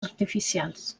artificials